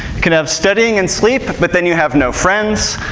can have studying and sleep, but then you have no friends.